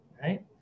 right